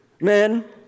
Men